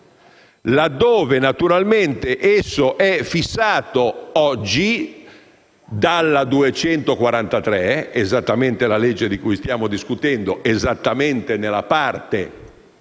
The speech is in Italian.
laddove naturalmente esso è fissato, oggi, dalla legge n. 243 (esattamente la legge di cui stiamo discutendo, esattamente nella parte